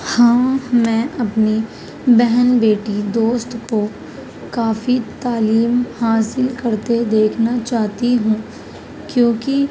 ہم میں اپنی بہن بیٹی دوست کو کافی تعلیم حاصل کرتے دیکھنا چاہتی ہوں کیونکہ